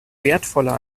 wertvoller